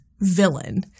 villain